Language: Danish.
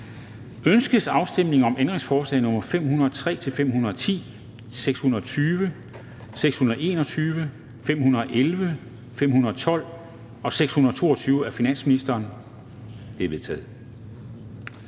Ønskes afstemning om ændringsforslag nr. 689-693, 603, 694-703, 605 og 606 af finansministeren? De er vedtaget.